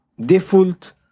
default